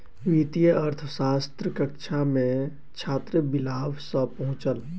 वित्तीय अर्थशास्त्रक कक्षा मे छात्र विलाभ सॅ पहुँचल